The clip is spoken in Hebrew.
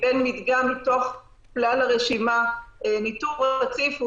מבין מדגם מתוך כלל הרשימה ניטור רציף הוא